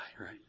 right